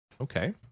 Okay